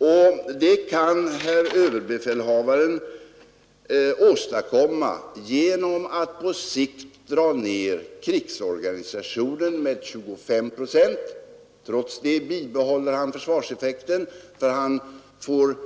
Och det kan överbefälhavaren åstadkomma genom att på sikt dra ner krigsorganisationen med 25 procent — trots det bibehåller han försvarseffekten, för han får